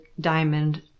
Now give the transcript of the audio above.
diamond